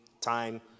time